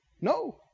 No